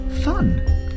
fun